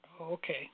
Okay